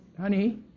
honey